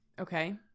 Okay